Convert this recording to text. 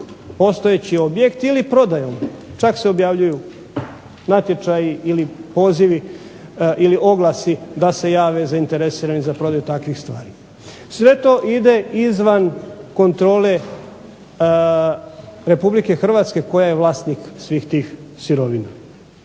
postojeći objekt, ili prodajom. Čak se objavljuju natječaji ili pozivi ili oglasi da se jave zainteresirani za prodaju takvih stvari. Sve to ide izvan kontrole Republike Hrvatske koja je vlasnik svih tih sirovina.